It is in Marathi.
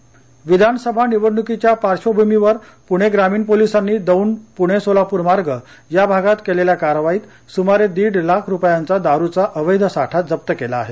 कारवाई विधानसभानिवडणुकी च्या पार्श्वभूमीवर पूणे ग्रामीण पोलिसांनी दौंड पूणे सोलापूर मार्ग या भागातकेलेल्या कारवाईत सुमारे दीड लाख रुपयांचा दारुचा अवैध साठा जप्त केला आहे